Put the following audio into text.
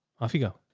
off you go.